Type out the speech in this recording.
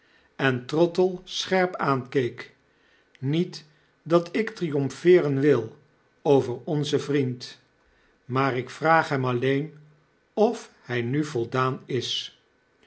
en trottle scherp aankeek niet dat ik triomfeeren wil over onzen vriend maar ik vraag hem alleen of hy nu voldaan is